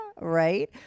right